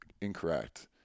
incorrect